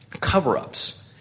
cover-ups